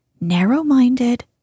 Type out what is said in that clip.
narrow-minded